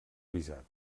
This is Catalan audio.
visat